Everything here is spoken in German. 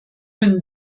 können